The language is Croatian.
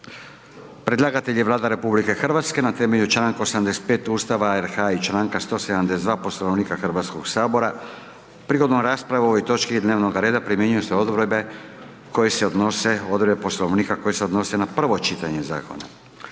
Predlagatelj je Vlada RH na temelju članka 85. Ustava i članka 172. Poslovnika Hrvatskoga sabora. Prigodom rasprave o ovoj točki dnevnog reda primjenjuju se odredbe Poslovnika koje se odnose na prvo čitanje zakona.